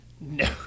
No